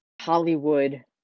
Hollywood